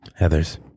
Heathers